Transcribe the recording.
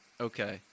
okay